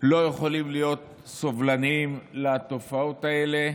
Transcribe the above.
לא יכולים להיות סובלניים כלפי התופעות האלה